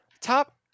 top